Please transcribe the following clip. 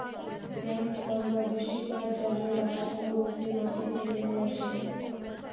rainfall বা বৃষ্টিপাত জলীয়বাষ্প রূপে মাটিতে নেমে আসে